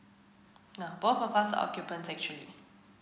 both of us are occupants actually